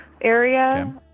area